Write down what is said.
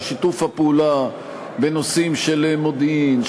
ששיתוף הפעולה בנושאים של מודיעין,